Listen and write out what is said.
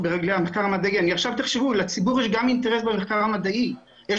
בנוסף, חשיבותו של המחקר בעולם המדעי ידועה לנו